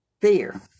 fear